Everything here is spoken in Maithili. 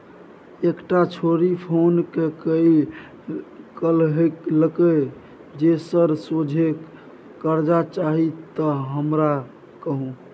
एकटा छौड़ी फोन क कए कहलकै जे सर सोझे करजा चाही त हमरा कहु